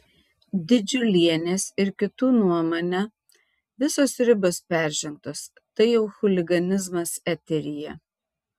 didžiulienės ir kitų nuomone visos ribos peržengtos tai jau chuliganizmas eteryje